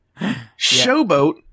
Showboat